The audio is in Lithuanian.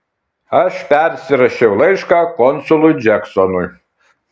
aš persirašiau laišką konsului džeksonui